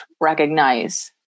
recognize